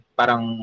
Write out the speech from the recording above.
parang